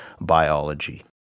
Biology